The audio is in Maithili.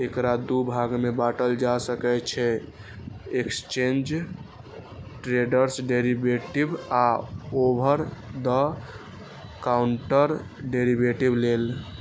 एकरा दू भाग मे बांटल जा सकै छै, एक्सचेंड ट्रेडेड डेरिवेटिव आ ओवर द काउंटर डेरेवेटिव लेल